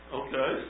okay